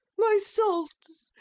my salts!